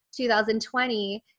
2020